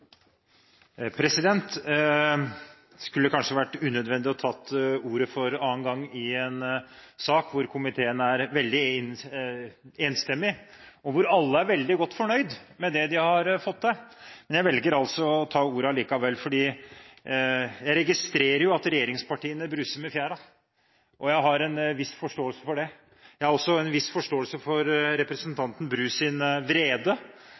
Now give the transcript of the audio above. Det skulle kanskje vært unødvendig å ta ordet for annen gang i en sak hvor komiteen er veldig enstemmig, og hvor alle er veldig godt fornøyd med det de har fått til, men jeg velger altså å ta ordet likevel, fordi jeg registrerer jo at regjeringspartiene bruser med fjærene, og jeg har en viss forståelse for det. Jeg har også en viss forståelse for representanten Brus vrede